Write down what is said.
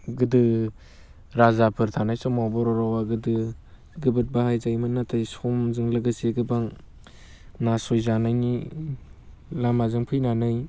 गोदो राजाफोर थानाय समाव बर' रावआ गोदो जोबोद बाहायजायोमोन नाथाय समजों लोगोसे गोबां नासय जानायनि लामाजों फैनानै